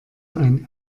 ein